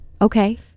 Okay